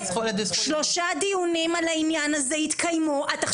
שלושה דיונים על העניין הזה התקיימו --- שמעתי